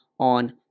on